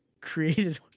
created